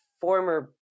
former